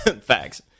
facts